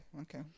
Okay